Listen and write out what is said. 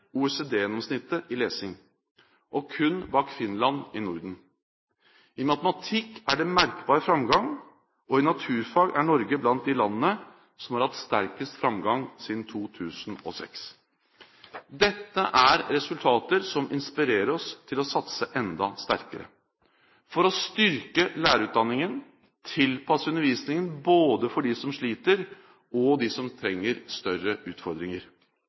OECD-gjennomsnittet i lesing og kun bak Finland i Norden. I matematikk er det merkbar framgang, og i naturfag er Norge blant de landene som har hatt sterkest framgang siden 2006. Dette er resultater som inspirerer oss til å satse enda sterkere for å styrke lærerutdanningen, tilpasse undervisningen både for dem som sliter, og for dem som trenger større utfordringer,